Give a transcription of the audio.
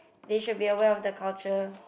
they should be aware of the culture